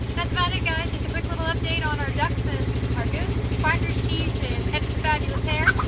that's about it guys, just a quick little update on our ducks and our goose. quackers, cheese and ed with the fabulous hair.